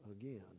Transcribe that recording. again